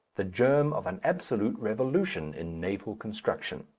the germ of an absolute revolution in naval construction.